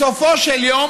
בסופו של יום